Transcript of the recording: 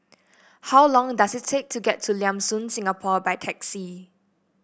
how long does it take to get to Lam Soon Singapore by taxi